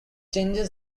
changes